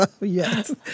Yes